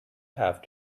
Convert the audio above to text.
have